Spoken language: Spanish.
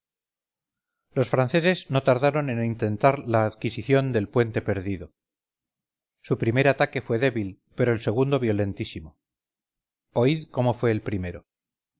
los franceses no tardaron en intentar la adquisición del puente perdido su primer ataque fue débil pero el segundo violentísimo oíd cómo fue el primero